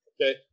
Okay